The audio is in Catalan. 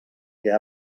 que